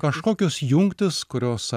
kažkokios jungtys kurios